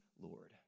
Lord